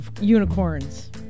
unicorns